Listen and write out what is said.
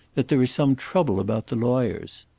that there is some trouble about the lawyers.